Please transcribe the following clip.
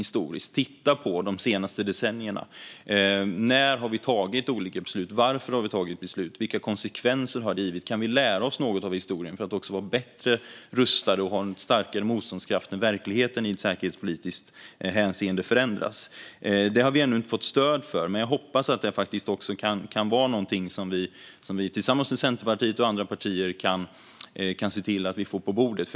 Vi behöver titta på de senaste decennierna: När har vi tagit olika beslut? Varför har vi tagit beslut? Vilka konsekvenser har det givit? Kan vi lära oss något av historien? På så vis kan vi bli bättre rustade och ha en starkare motståndskraft när verkligheten förändras i säkerhetspolitiskt hänseende. Detta har vi ännu inte fått stöd för. Jag hoppas dock att vi tillsammans med Centerpartiet och andra partier kan se till att få det på bordet.